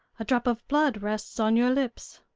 a drop of blood rests on your lips.